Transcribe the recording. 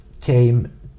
came